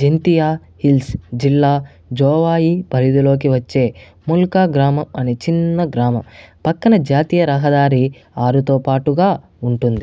Jaintia hills జిల్లా జోవాయి పరిధిలోకి వచ్చే ముల్క గ్రామం అనే చిన్న గ్రామం పక్కన జాతీయ రహదారి ఆరుతో పాటుగా ఉంటుంది